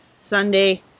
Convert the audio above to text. Sunday